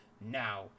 Now